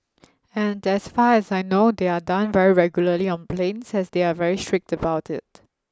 and as far as I know they are done very regularly on planes as they are very strict about it